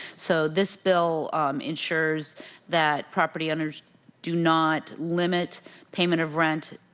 so this bill ensures that property owners do not limit payment of rent